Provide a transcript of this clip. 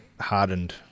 hardened